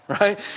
Right